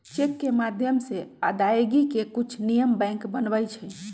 cheque के माध्यम से अदायगी के कुछ नियम बैंक बनबई छई